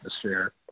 atmosphere